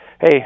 hey